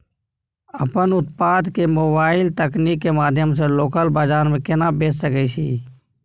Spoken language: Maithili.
अपन उत्पाद के मोबाइल तकनीक के माध्यम से लोकल बाजार में केना बेच सकै छी?